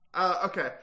Okay